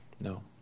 No